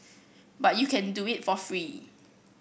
but you can do it for free